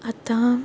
आतां